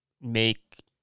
make